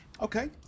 okay